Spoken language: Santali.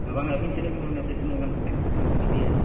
ᱦᱮᱸ ᱵᱟᱝᱟ ᱟᱵᱤᱱ ᱛᱤᱱᱟᱹᱜᱵᱤᱱ ᱢᱮᱱᱟ ᱥᱮ ᱛᱤᱱᱟᱹᱜ ᱠᱟᱛᱮᱫ ᱠᱷᱟᱱᱵᱤᱱ ᱤᱫᱤᱭᱟ